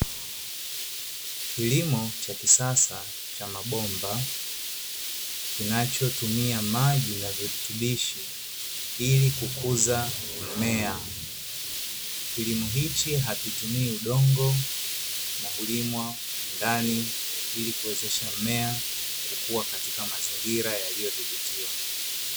Kilimo cha kisasa cha mabomba kinachotumia maji na virutubishi ili kukuza mimea, kilimo hichi hakitumii udongo na hulimwa ndani ilikuwezesha mmea kukua katika mazingira yaliyodhibitiwa.